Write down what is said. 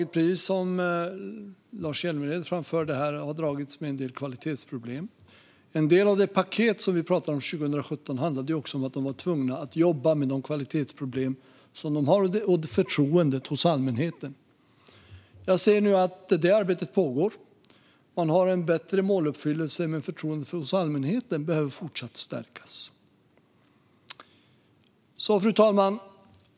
Precis som Lars Hjälmered framförde här har man dragits med en del kvalitetsproblem. En del av det paket som vi pratade om 2017 handlade också om att de var tvungna att jobba med kvalitetsproblemen och förtroendet hos allmänheten. Det arbetet pågår. Man har en bättre måluppfyllelse, men förtroendet hos allmänheten behöver fortsätta att stärkas. Fru talman!